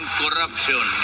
corruption